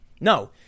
No